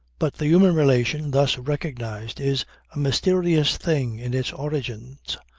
but the human relation thus recognized is a mysterious thing in its origins,